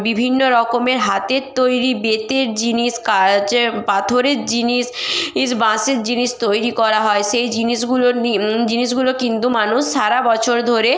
বিভিন্ন রকমের হাতের তৈরি বেতের জিনিস কাচে পাথরের জিনিস ইস বাঁশের জিনিস তৈরি করা হয় সেই জিনিসগুলো নি জিনিসগুলো কিন্তু মানুষ সারা বছর ধরে